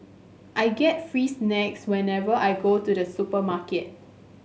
I get free snacks whenever I go to the supermarket